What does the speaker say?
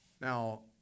Now